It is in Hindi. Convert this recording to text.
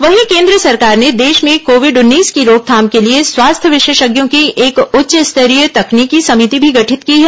वहीं केन्द्र सरकार ने देश में कोविड उन्नीस की रोकथाम के लिए स्वास्थ्य विशेषज्ञों की एक उच्चस्तरीय तकनीकी समिति भी गठित की है